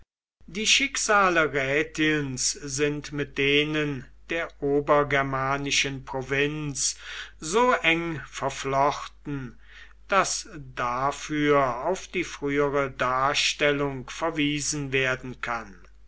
die schicksale rätiens sind mit denen der obergermanischen provinz so eng verflochten daß dafür auf die frühere darstellung verwiesen werden kann